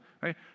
right